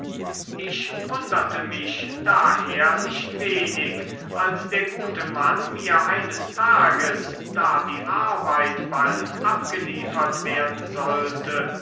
ich wunderte mich daher nicht wenig als der gute mann mir eines tages da die arbeit bald abgeliefert werden sollte